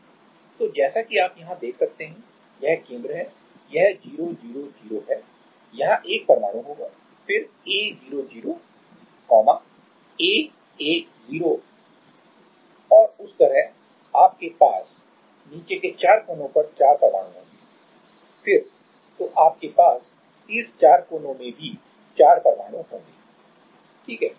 तो जैसा कि आप यहां देख सकते हैं यह केंद्र है यह 0 0 0 है यहां एक परमाणु होगा फिर a 0 0 a a 0 उस तरह आपके पास नीचे के चार कोनों पर 4 परमाणु होंगे फिर तो आपके पास शीर्ष चार कोनों में भी चार परमाणु होंगे ठीक है